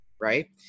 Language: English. Right